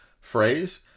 phrase